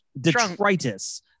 detritus